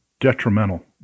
detrimental